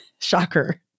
shocker